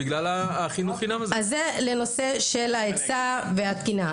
זה לנושא של ההיצע ולתקינה.